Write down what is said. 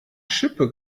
schippe